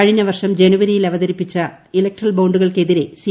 കഴിഞ്ഞ വർഷം ജനുവരിയിൽ അവതരിപ്പിച്ച ഇലക്ട്രൽ ബോണ്ടുകൾക്കെതിരെ സി